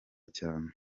cyane